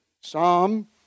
Psalm